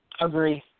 Agree